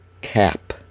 Cap